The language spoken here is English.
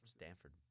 Stanford